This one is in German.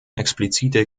explizite